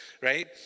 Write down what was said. right